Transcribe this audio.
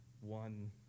one